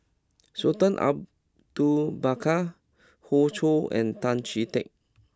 Sultan Abu do Bakar Hoey Choo and Tan Chee Teck